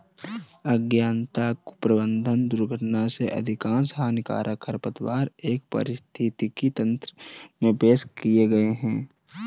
अज्ञानता, कुप्रबंधन, दुर्घटना से अधिकांश हानिकारक खरपतवार एक पारिस्थितिकी तंत्र में पेश किए गए हैं